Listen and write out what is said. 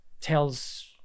tells